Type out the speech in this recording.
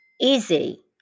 Easy